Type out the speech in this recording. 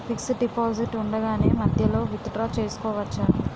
Fixed deposit ఉండగానే మధ్యలో withdraw చేసుకోవచ్చా?